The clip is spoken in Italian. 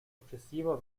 successivo